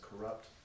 corrupt